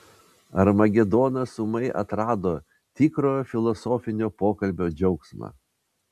armagedonas ūmai atrado tikrojo filosofinio pokalbio džiaugsmą